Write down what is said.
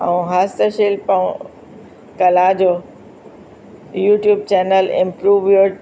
ऐं हस्तशिल्प ऐं कला जो यूट्यूब चैनल इम्प्रूव यूअर